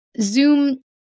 zoom